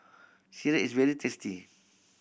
sireh is very tasty